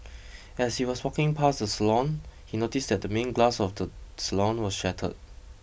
as he was walking past the salon he noticed that the main glass of the salon was shattered